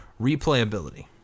replayability